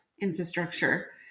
infrastructure